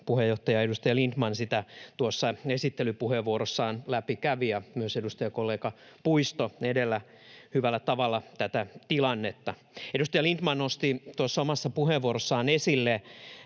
puheenjohtaja, edustaja Lindtman tuossa esittelypuheenvuorossaan ja myös edellä edustajakollega Puisto hyvällä tavalla tätä tilannetta läpikävivät. Edustaja Lindtman nosti tuossa omassa puheenvuorossaan esille